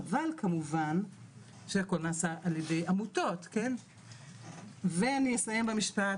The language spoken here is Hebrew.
חבל כמובן שהכול נעשה על ידי עמותות ואני אסיים במשפט